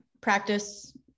practice